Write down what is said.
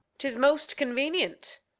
tis most convenient.